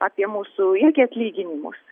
apie mūsų irgi atlyginimus